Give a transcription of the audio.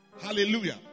Hallelujah